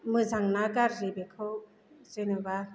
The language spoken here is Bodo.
मोजां ना गाज्रि बेखौ जेन'बा